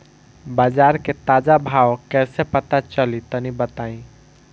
बाजार के ताजा भाव कैसे पता चली तनी बताई?